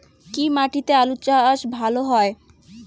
কি মাটিতে আলু চাষ ভালো হয়?